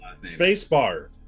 spacebar